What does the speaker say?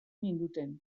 ninduten